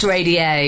Radio